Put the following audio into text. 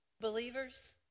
Believers